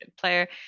player